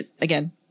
again